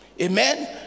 Amen